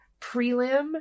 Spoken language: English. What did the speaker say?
prelim